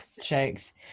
jokes